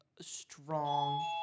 strong